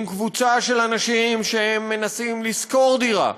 עם קבוצה של אנשים שמנסים לשכור דירה,